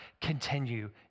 continue